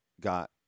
got